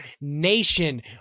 nation